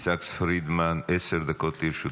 סאקס פרידמן, עשר דקות לרשותך,